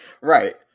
right